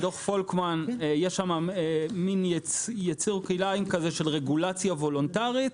בדוח פולקמן יש מין יצור כלאיים של רגולציה וולונטרית.